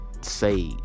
say